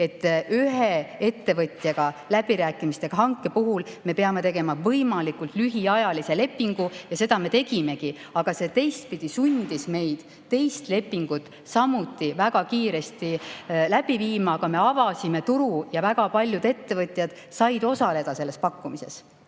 et ühe ettevõtjaga läbirääkimistega hanke puhul me peame tegema võimalikult lühiajalise lepingu, ja seda me tegimegi. Ent teistpidi sundis see meid teist lepingut samuti väga kiiresti sõlmima, aga me avasime turu ja väga paljud ettevõtjad said osaleda selles pakkumises.